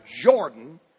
Jordan